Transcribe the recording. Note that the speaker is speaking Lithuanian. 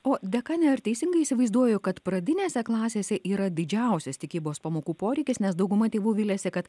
o dekane ar teisingai įsivaizduoju kad pradinėse klasėse yra didžiausias tikybos pamokų poreikis nes dauguma tėvų viliasi kad